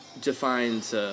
defines